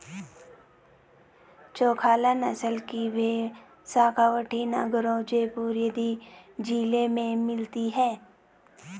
चोकला नस्ल की भेंड़ शेखावटी, नागैर, जयपुर आदि जिलों में मिलती हैं